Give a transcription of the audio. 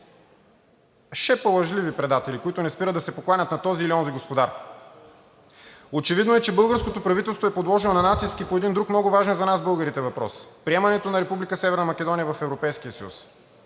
шепа лъжливи предатели, които не спират да се покланят на този или онзи господар. Очевидно е, че българското правителство е подложено на натиск и по един друг много важен за нас българите въпрос – приемането на Република Северна Македония в Европейския съюз